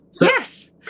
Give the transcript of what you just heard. Yes